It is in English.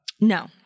No